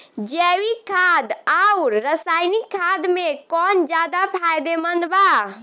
जैविक खाद आउर रसायनिक खाद मे कौन ज्यादा फायदेमंद बा?